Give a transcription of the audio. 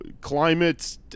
climate